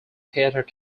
theatre